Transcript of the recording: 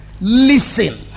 listen